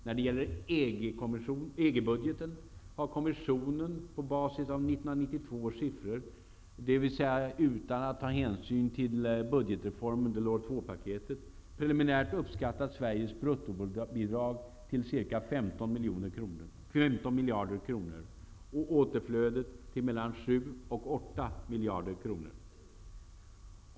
När det gäller EG-budgeten har kommissionen på basis av 1992 års siffror, dvs. utan hänsyn till budgetsreformen Delors II-paketet, preliminärt uppskattat Sveriges bruttobidrag till ca 15 miljarder kronor och återflödet till mellan 7 och 8 miljarder kronor.